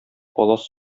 палас